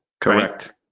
Correct